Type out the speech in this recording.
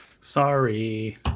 Sorry